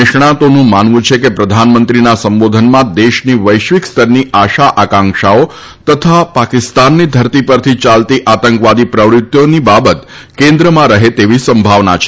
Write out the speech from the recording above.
નિષ્ણાતોનું માનવું છે કે પ્રધાનમંત્રીના સંબોધનમાં દેશની વૈશ્વિક સ્તરની આશા આકાંક્ષાઓ તથા પાકિસ્તાનની ધરતી પરથી ચાલતી આતંકવાદી પ્રવૃત્તિઓની બાબત કેન્દ્રમાં રહે તેવી સંભાવના છે